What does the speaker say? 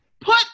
put